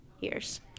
years